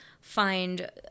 find